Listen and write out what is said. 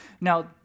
now